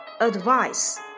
Advice